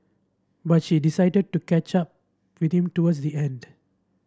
but she decided to catch up with him towards the end